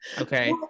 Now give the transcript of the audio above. okay